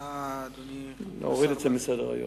אתה, אדוני, להוריד מסדר-היום.